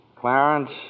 Clarence